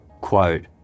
Quote